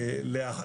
אוקיי.